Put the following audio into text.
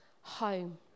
home